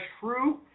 fruit